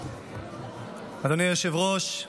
אדוני היושב-ראש,